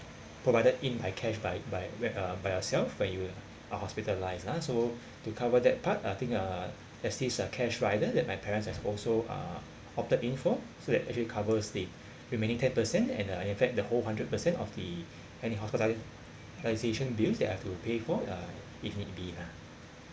provided in by cash by by where uh by yourself when you were a hospitalised uh so to cover that part I think ah there's this uh cash rider that my parents have also uh opted in for so that actually covers the remaining ten percent and uh in fact the whole hundred percent of the any hospitalisation bills that I have to pay for uh if need be lah